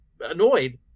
annoyed